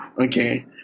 okay